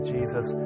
Jesus